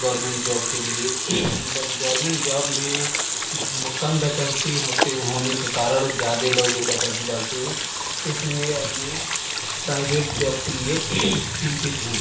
government job के लिए but government job में वो कम बेकेंसी होते होने के कारण ज़्यादा लोग बेकेंसी डालते है इस लिए अब मैं प्राइभेट जौब के लिए चिंतित हूँ